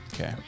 Okay